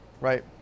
right